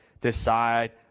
decide